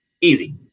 Easy